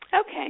Okay